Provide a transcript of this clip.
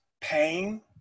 pain